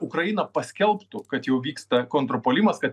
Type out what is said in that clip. ukraina paskelbtų kad jau vyksta kontrpuolimas kad